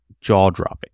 jaw-dropping